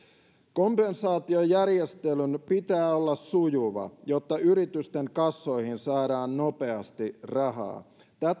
kompensaatiojärjestelyn pitää olla sujuva jotta yritysten kassoihin saadaan nopeasti rahaa tätä